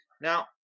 Now